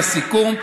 בסיכום.